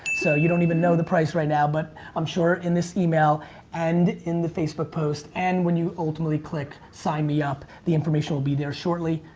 so you don't even know the price right now, but i'm sure in this email and in the facebook post, and when you ultimately click, sign me up, the information will be there shortly.